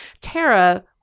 Tara